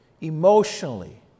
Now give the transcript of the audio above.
emotionally